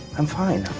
i'm fine.